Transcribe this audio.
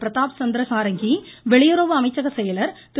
பிரதாப் சந்திர சாரங்கி வெளியுறவு அமைச்சக செயலர் திரு